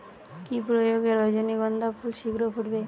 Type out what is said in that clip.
কি প্রয়োগে রজনীগন্ধা ফুল শিঘ্র ফুটবে?